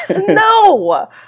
no